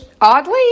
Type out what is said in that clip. oddly